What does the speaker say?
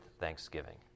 thanksgiving